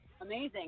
amazing